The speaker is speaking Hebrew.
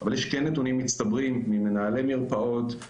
אבל כן יש נתונים מצטברים ממנהלי מרפאות,